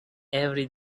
every